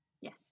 Yes